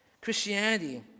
Christianity